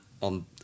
on